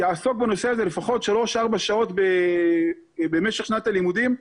יעסוק בנושא הזה לפחות שלוש-ארבע שעות במשך שנת הלימודים.